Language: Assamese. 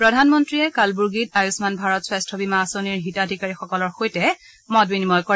প্ৰধানমন্ত্ৰীয়ে কালবুৰ্গিত আয়ুম্মান ভাৰত স্বাস্থ্য বীমা আঁচনিৰ হিতাধিকাৰীসকলৰ সৈতে মত বিনিময় কৰে